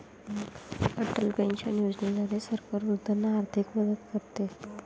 Atal pension योजनेद्वारे सरकार वृद्धांना आर्थिक मदत करते